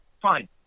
fine